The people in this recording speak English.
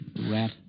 Rat